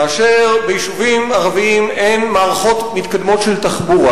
כאשר ביישובים ערביים אין מערכות מתקדמות של תחבורה